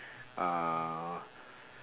uh